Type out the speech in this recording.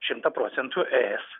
šimtą procentų es